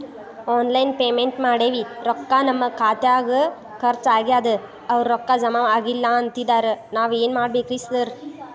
Online payment ಮಾಡೇವಿ ರೊಕ್ಕಾ ನಮ್ ಖಾತ್ಯಾಗ ಖರ್ಚ್ ಆಗ್ಯಾದ ಅವ್ರ್ ರೊಕ್ಕ ಜಮಾ ಆಗಿಲ್ಲ ಅಂತಿದ್ದಾರ ಏನ್ ಮಾಡ್ಬೇಕ್ರಿ ಸರ್?